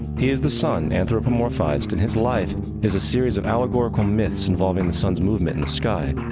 he is the sun, anthropomorphized, and his life is a series of allegorical myths involving the sun's movement in the sky.